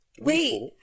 Wait